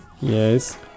yes